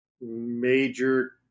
major